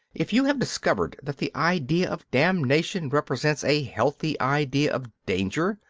if you have discovered that the idea of damnation represents a healthy idea of danger,